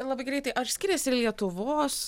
labai greitai ar skiriasi lietuvos